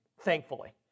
thankfully